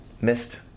missed